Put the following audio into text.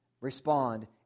respond